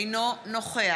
אינו נוכח